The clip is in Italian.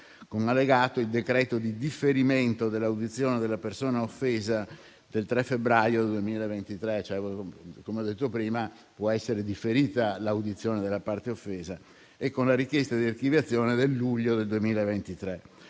con allegato il decreto di differimento dell'audizione della persona offesa del 3 febbraio 2023 (come ho detto prima, può essere differita l'audizione della parte offesa) e la richiesta di archiviazione datata luglio 2023.